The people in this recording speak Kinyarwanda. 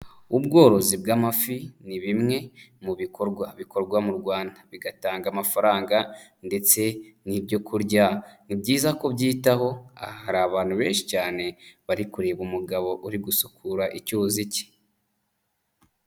Ubworozi bw'amafi ni bimwe mu bikorwa bikorwa mu Rwanda, bigatanga amafaranga ndetse n'ibyo kurya. Ni byiza kubyitaho, aha hari abantu benshi cyane bari kureba umugabo uri gusukura icyuzi ke.